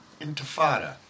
intifada